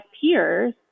peers